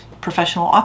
professional